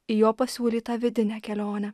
į jo pasiūlytą vidinę kelionę